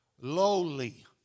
lowly